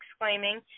exclaiming